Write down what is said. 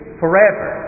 forever